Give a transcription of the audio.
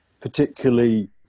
particularly